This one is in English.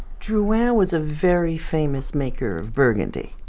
drouhin was a very famous maker of burgundy.